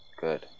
Good